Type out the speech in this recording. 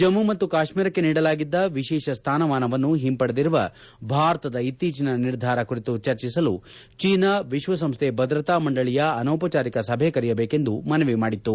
ಜಮ್ಮು ಮತ್ತು ಕಾಶ್ಮೀರಕ್ಕೆ ನೀಡಲಾಗಿದ್ದ ವಿಶೇಷ ಸ್ವಾನಮಾನವನ್ನು ಹಿಂಪಡೆದಿರುವ ಭಾರತದ ಇತ್ತೀಚಿನ ನಿರ್ಧಾರ ಕುರಿತು ಚರ್ಚಿಸಲು ಚೀನಾವು ವಿಶ್ವ ಸಂಸ್ಥೆ ಭದ್ರತಾ ಮಂಡಳಿಯ ಅನೌಪಚಾರಿಕ ಸಭೆ ಕರೆಯಬೇಕೆಂದು ಮನವಿ ಮಾಡಿತು